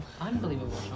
Unbelievable